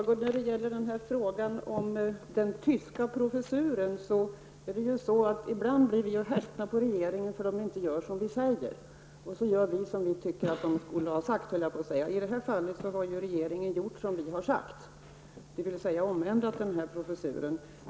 Herr talman! Till Birger Hagård vill jag säga att ibland blir vi härskna på regeringen för att den inte gör som vi säger. I fallet med den tyska professuren har regeringen gjort som vi har sagt, dvs. förändrat professuren.